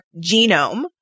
genome